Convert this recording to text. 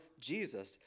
Jesus